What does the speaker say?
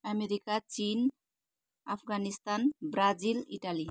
America चिन Afghanistan Brazil Italy